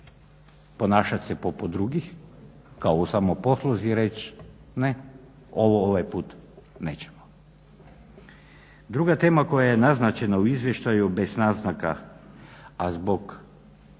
ponašati poput drugih kao u samoposluzi reći ne, ovo ovaj put nećemo. Druga tema koja je naznačena u izvještaju bez naznaka, a zbog